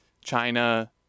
China